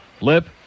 lip